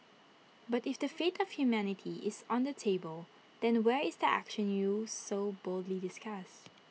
but if the fate of humanity is on the table then where is the action you so boldly discuss